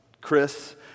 Chris